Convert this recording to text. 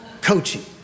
coaching